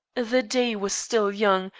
the day was still young,